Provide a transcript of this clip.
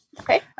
Okay